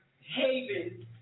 haven